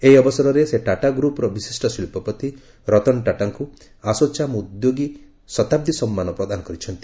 ଏହି ଅବସରରେ ସେ ଟାଟା ଗୁପର ବିଶିଷ୍ଟ ଶିଳ୍ପପତି ରତନ ଟାଟାଙ୍କୁ ଆସୋଚାମ୍ ଉଦ୍ୟୋଗ ଶତାବ୍ଦୀ ସମ୍ମାନ ପ୍ରଦାନ କରିଛନ୍ତି